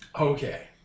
Okay